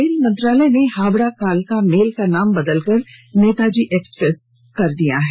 rail मंत्रालय ने हावड़ा कालका मेल का नाम बदलकर नेताजी एक्स प्रेस कर दिया है